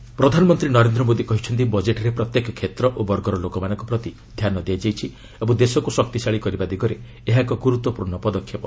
budget PM ପ୍ରଧାନମନ୍ତ୍ରୀ ନରେନ୍ଦ୍ର ମୋଦି କହିଛନ୍ତି ବଜେଟ୍ରେ ପ୍ରତ୍ୟେକ କ୍ଷେତ୍ର ଓ ବର୍ଗର ଲୋକମାନଙ୍କ ପ୍ରତି ଧ୍ୟାନ ଦିଆଯାଇଛି ଏବଂ ଦେଶକୃ ଶକ୍ତିଶାଳୀ କରିବା ଦିଗରେ ଏହା ଏକ ଗୁରୁତ୍ୱପୂର୍ଣ୍ଣ ପଦକ୍ଷେପ